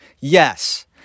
Yes